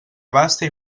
abaste